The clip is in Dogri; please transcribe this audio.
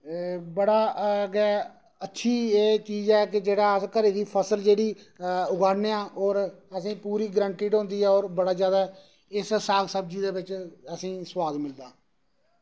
एह् बड़ा गै अच्छी जेह्ड़ी चीज़ ऐ की एह् घरै दी फसल जेह्ड़ी उगाने आं होर असेंगी पूरी गरंटेड़ होंदी ऐ होर बड़ा जादै इस साग सब्ज़ी दे बिच असेंगी सोआद मिलदा